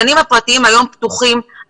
הגנים הפרטיים היום פתוחים,